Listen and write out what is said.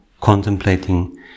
contemplating